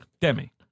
Demi